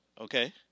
Okay